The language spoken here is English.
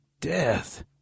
death